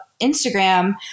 Instagram